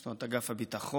יש לנו אגף הביטחון,